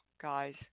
guys